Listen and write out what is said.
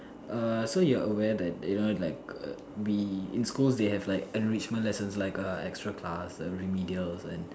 err so you're aware that you know like we in school they have like enrichment class like extra class remedial and